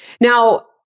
Now